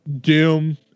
Doom